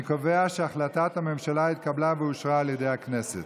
אני קובע שהחלטת הממשלה התקבלה ואושרה על ידי הכנסת.